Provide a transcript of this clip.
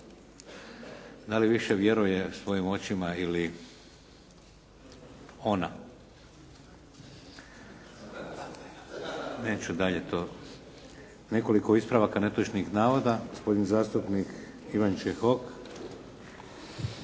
Dali više vjeruje svojim očima ili ona. Neću dalje. Nekoliko ispravaka netočnih navoda. Gospodin zastupnik Ivan Čehok.